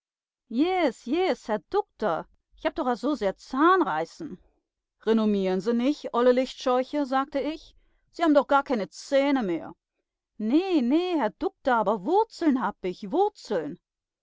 herr dukter ich hab doch a so sehr zahnreißen renommieren sie nich olle lichtscheuche sagte ich sie haben doch gar keene zähne mehr nee nee herr dukter aber wurzeln hab ich wurzeln